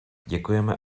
děkujeme